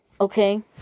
okay